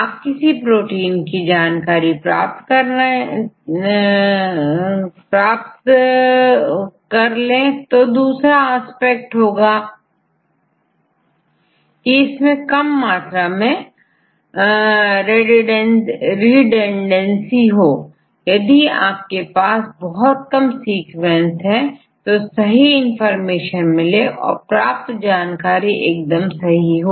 आप किसी प्रोटीन की पूरी जानकारी प्राप्त हो जाने के बाद दूसरा अफेक्ट है कि इसमें कम मात्रा में रिडंडेंसी हो यदि आप के पास बहुत कम सीक्वेंसतो भी सही इंफॉर्मेशन मिले और प्राप्त जानकारी एकदम सही हो